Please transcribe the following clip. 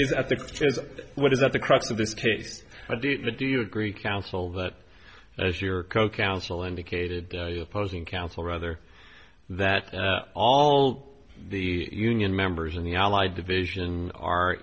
is what is at the crux of this case the do you agree counsel that as your co counsel indicated opposing counsel rather that all the union members in the allied division are